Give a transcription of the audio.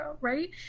right